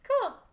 Cool